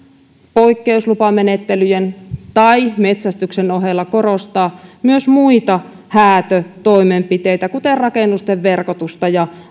poikkeuslupamenettelyjen tai metsästyksen ohella korostaa myös muita häätötoimenpiteitä kuten rakennusten verkotusta ja